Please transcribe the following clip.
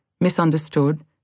misunderstood